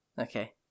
okay